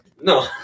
No